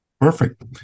Perfect